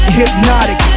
hypnotic